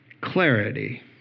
clarity